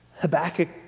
Habakkuk